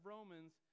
Romans